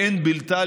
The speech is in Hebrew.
ואין בלתה,